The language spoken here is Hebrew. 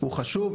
הוא חשוב,